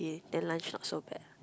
then lunch not so bad